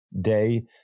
day